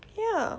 ya